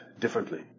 differently